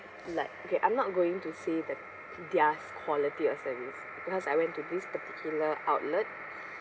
like okay I'm not going to say that their's quality of service because I went to this particular outlet